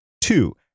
two